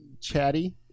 chatty